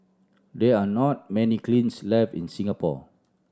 there are not many kilns left in Singapore